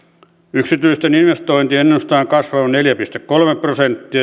yksityisten investointien ennustetaan kasvavan neljä pilkku kolme prosenttia